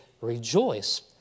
Rejoice